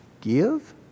Give